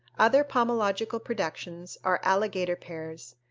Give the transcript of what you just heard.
other pomological productions are alligator pears,